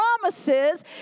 promises